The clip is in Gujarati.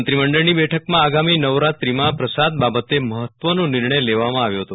મંત્રી મંડળની બેઠકમાં આગામી નવરાત્રીમાં પ્રસાદ બાબતે મહત્વનો નિર્ણય લેવામાં આવ્યો હતો